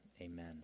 Amen